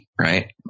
right